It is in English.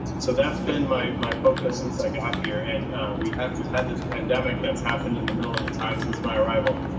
so that's been my my focus since i got here. and we have had this pandemic that's happened in the middle of the time since my arrival.